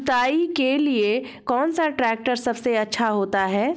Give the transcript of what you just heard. जुताई के लिए कौन सा ट्रैक्टर सबसे अच्छा होता है?